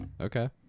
okay